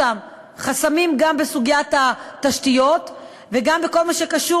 חסמים גם בסוגיית התשתיות וגם בכל מה שקשור